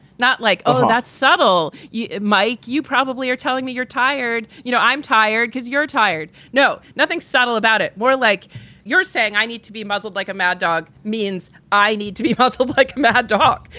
not like, oh, that's subtle. you, mike. you probably are telling me you're tired. you know, i'm tired because you're tired. no. nothing subtle about it. more like you're saying. i need to be muzzled like a mad dog means i need to be prosecuted like mad dog.